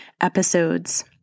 episodes